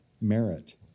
merit